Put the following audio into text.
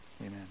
amen